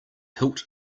hilt